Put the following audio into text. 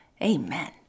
Amen